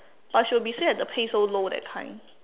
but she will be say like the pay so low that kind